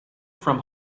from